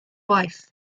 wife